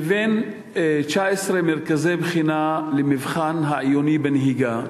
מבין 19 מרכזי בחינה למבחן העיוני בנהיגה,